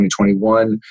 2021